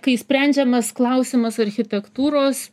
kai sprendžiamas klausimas architektūros